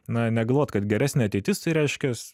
na negalvot kad geresnė ateitis tai reiškias